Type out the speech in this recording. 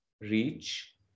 reach